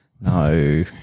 No